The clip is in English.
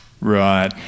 Right